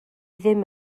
ddim